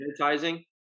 advertising